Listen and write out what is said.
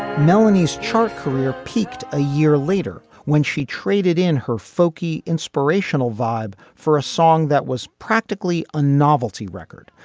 melanie's chart career peaked a year later when she traded in her folky inspirational vibe for a song that was practically a novelty record.